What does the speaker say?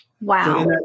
Wow